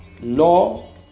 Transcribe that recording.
law